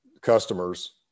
customers